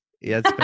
yes